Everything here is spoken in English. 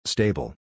Stable